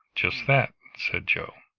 just that, said joe.